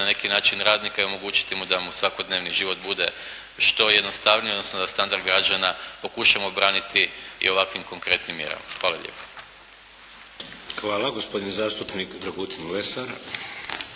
na neki način radnika i omogućiti mu da mu svakodnevni život bude što jednostavniji odnosno da standard građana pokušamo obraniti i ovakvim konkretnim mjerama. Hvala lijepo. **Šeks, Vladimir (HDZ)** Hvala. Gospodin zastupnik Dragutin Lesar.